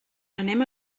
anem